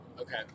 Okay